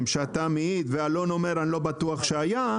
שאתה מעיד ואלון אומר: אני לא בטוח שהיה,